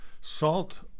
salt